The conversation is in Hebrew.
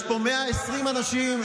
יש פה 120 אנשים,